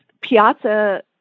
piazza